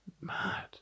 mad